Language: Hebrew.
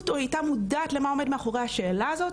או מודעת למה עומד מאחורי השאלה הזו,